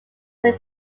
when